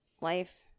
life